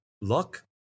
luck